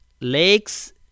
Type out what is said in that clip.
lakes